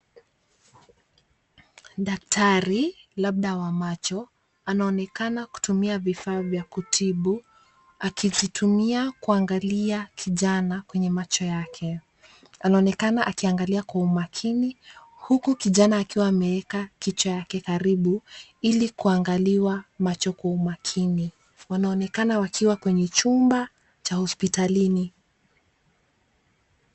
Daktari, labda wa macho anaonekana kutumia vifaa vya kutibu akizitumia kuangaliwa kijana kwenye macho yake. Anaonekana akiangalia kwa umakini huku kijana akiwa ameeka kichwa yake karibu ili kuangaliwa macho kwa umakini. Wanaonekana wakiwa kwenye chumba cha hospitalini.